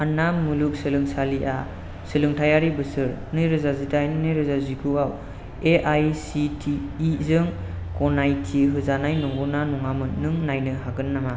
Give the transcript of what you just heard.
आन्ना मुलुगसोलोंसालिआ सोलोंथायारि बोसोर नै रोजा जि दाइन नै रोजा जिगुआव A I C T E जों गनायथि होजानाय नंगौना नङामोन नों नायनो हागोन नामा